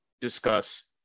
discuss